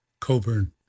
Coburn